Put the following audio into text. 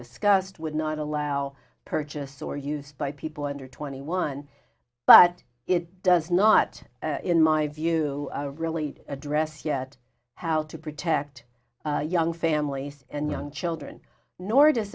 discussed would not allow purchase or used by people under twenty one but it does not in my view really address yet how to protect young families and young children nor does